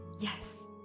Yes